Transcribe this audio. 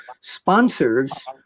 sponsors